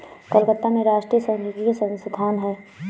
कलकत्ता में राष्ट्रीय सांख्यिकी संस्थान है